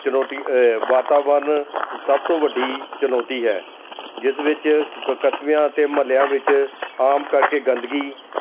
ਚੁਣੌਤੀ ਵਾਤਾਵਰਨ ਸਭ ਤੋਂ ਵੱਡੀ ਚੁਣੌਤੀ ਹੈ ਜਿਸ ਵਿੱਚ ਕਸਬਿਆਂ ਅਤੇ ਮੁਹੱਲਿਆਂ ਵਿੱਚ ਆਮ ਕਰਕੇ ਗੰਦਗੀ